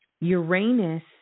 Uranus